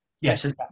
Yes